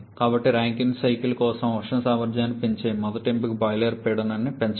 కాబట్టి Rankine cycle కోసం ఉష్ణ సామర్థ్యాన్ని పెంచే మొదటి ఎంపిక బాయిలర్ పీడనం ని పెంచడం